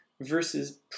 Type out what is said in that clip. versus